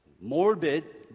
morbid